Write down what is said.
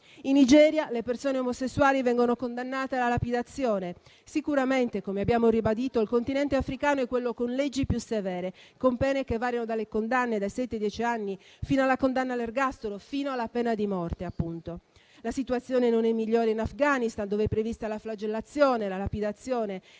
In Nigeria le persone omosessuali vengono condannate alla lapidazione. Sicuramente, come abbiamo ribadito, il continente africano è quello con leggi più severe, con pene che variano dalle condanne dai sette ai dieci anni fino alla condanna all'ergastolo e fino alla pena di morte. La situazione non è migliore in Afghanistan, dove è prevista la flagellazione e la lapidazione.